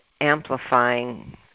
amplifying